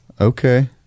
Okay